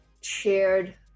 shared